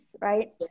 right